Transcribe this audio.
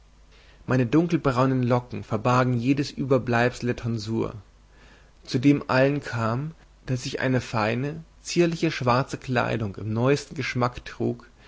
meine dunkelbraunen locken verbargen jedes überbleibsel der tonsur zu dem allen kam daß ich eine feine zierliche schwarze kleidung im neuesten geschmack trug